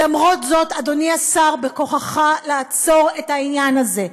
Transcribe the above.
למרות זאת, אדוני השר, בכוחך לעצור את העניין הזה.